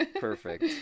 Perfect